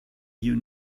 you